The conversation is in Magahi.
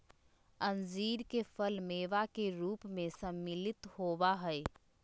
अंजीर के फल मेवा के रूप में सम्मिलित होबा हई